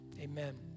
amen